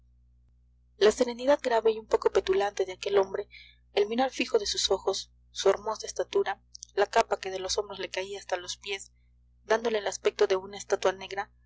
la serenidad grave y un poco petulante de aquel hombre el mirar fijo de sus ojos su hermosa estatura la capa que de los hombros le caía hasta los pies dándole el aspecto de una estatua negra